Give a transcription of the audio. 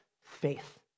faith